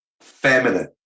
feminine